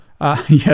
Yes